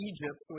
Egypt